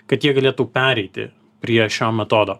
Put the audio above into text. kad jie galėtų pereiti prie šio metodo